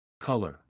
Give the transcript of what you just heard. Color